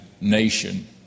nation